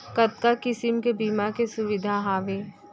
कतका किसिम के बीमा के सुविधा हावे?